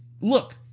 Look